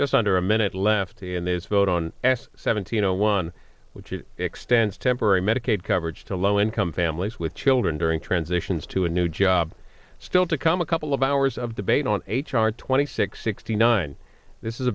just under a minute left to n a s vote on s seventeen zero one which it extends temporary medicaid coverage to low income families with children during transitions to a new job still to come a couple of hours of debate on h r twenty six sixty nine this is